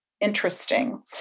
interesting